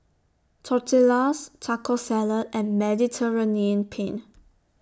Tortillas Taco Salad and Mediterranean Penne